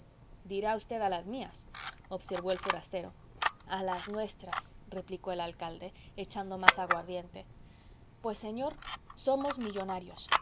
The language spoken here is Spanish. dirá usted a las mías observó el forastero a las nuestras replicó el alcalde echando más aguardiente pues señor somos millonarios